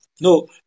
no